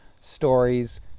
Stories